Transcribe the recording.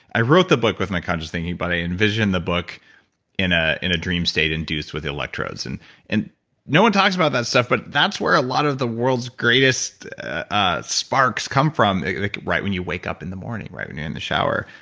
i wrote the book with my conscious thinking but i envisioned the book in ah in a dream state induced induced in electrodes and and no one talks about that stuff. but that's where a lot of the world's greatest ah sparks come from like right when you wake up in the morning, right when you're in the shower,